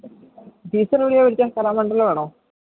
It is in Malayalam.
ടീച്ചറെവിടെയാ പഠിച്ചത് കലാമണ്ഡലം ആണോ